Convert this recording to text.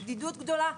בדידות גדולה,